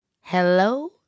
Hello